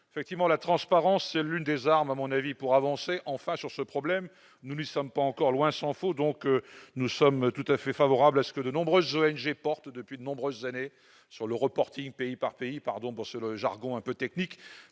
effectivement la transparence, l'une des armes, à mon avis pour avancer enfin sur ce problème, nous ne sommes pas encore, loin s'en faut, donc nous sommes tout à fait favorable à ce que de nombreuses ONG portent depuis de nombreuses années sur le reporting pays par pays, pardon pour ce jargon un peu technique,